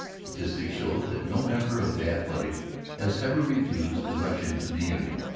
statistics show that no member of the athletic has ever refused election to the union,